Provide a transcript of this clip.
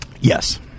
Yes